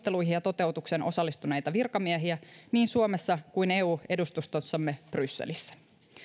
valmisteluihin ja toteutukseen osallistuneita virkamiehiä niin suomessa kuin eu edustustossamme brysselissä